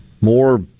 more